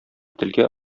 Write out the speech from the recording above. телгә